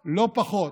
לא פחות.